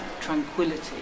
tranquility